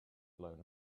blown